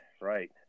right